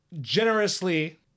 generously